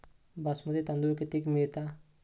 बासमती तांदूळ कितीक मिळता?